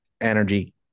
energy